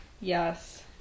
Yes